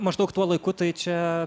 maždaug tuo laiku tai čia